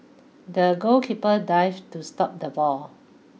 the goalkeeper dived to stop the ball